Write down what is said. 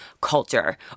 culture